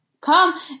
come